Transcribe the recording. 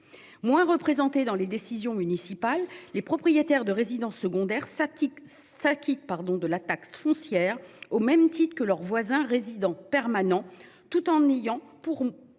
moins représentées dans les décisions municipales. Les propriétaires de résidences secondaires, fatigue s'acquitte pardon de la taxe foncière, au même titre que leurs voisins résidents permanents tout en niant pour